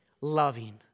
loving